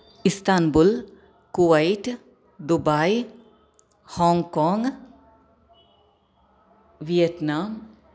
इस्तान् bull Kuwait Dubai Hong Kong